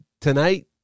tonight